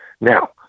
Now